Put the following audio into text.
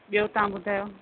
ॿियो तव्हां ॿुधायो